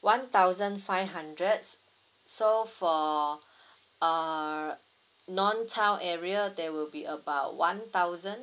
one thousand five hundreds so for uh non town area there will be about one thousand